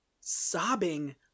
Sobbing